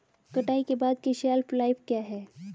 कटाई के बाद की शेल्फ लाइफ क्या है?